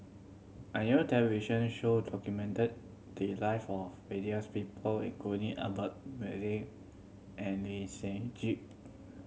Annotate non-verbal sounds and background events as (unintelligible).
a new television show documented the life of various people including Albert (unintelligible) and Lee Seng Gee